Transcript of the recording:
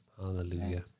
Hallelujah